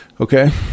Okay